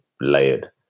layered